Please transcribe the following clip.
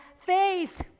faith